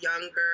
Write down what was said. younger